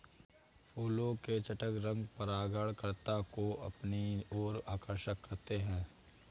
फूलों के चटक रंग परागणकर्ता को अपनी ओर आकर्षक करते हैं